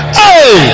hey